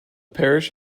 parish